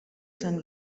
san